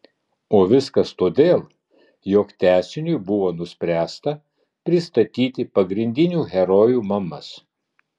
o viskas todėl jog tęsiniui buvo nuspręsta pristatyti pagrindinių herojų mamas